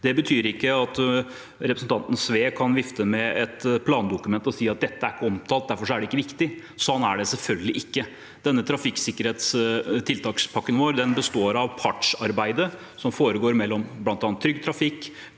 Det betyr ikke at representanten Sve kan vifte med et plandokument og si at dette ikke er omtalt, og derfor er det ikke viktig. Slik er det selvfølgelig ikke. Denne tiltakspakken for trafikksikkerhet består av partsarbeidet som foregår mellom bl.a. Trygg Trafikk,